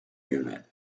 unit